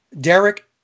Derek